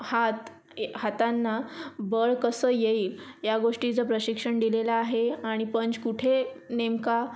हात ए हातांना बळ कसं येईल या गोष्टीचं प्रशिक्षण दिलेलं आहे आणि पंच कुठे नेमका